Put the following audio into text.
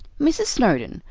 mrs. snowdon,